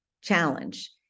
challenge